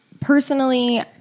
Personally